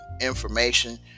information